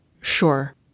Sure